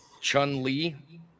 Chun-Li